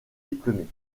diplômés